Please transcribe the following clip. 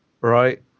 right